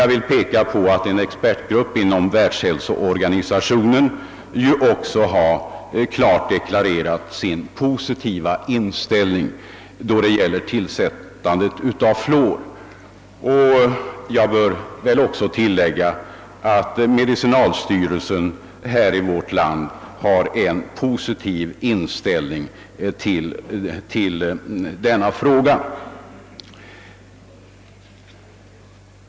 Jag vill också nämna att en expertgrupp inom Världshälsoorganisationen klart deklarerat sin positiva inställning då det gäller tillsättandet av fluor. Jag bör också tillägga att medicinalstyrelsen i vårt land har en positiv inställning i denna fråga.